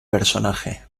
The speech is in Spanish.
personaje